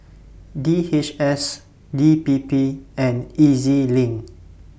D H S D P P and E Z LINK